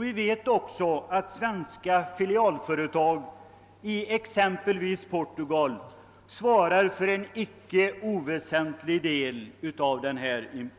Vi vet också att svenska filialföretag i exempelvis Portugal svarar för en icke oväsentlig del av denna import.